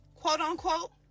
quote-unquote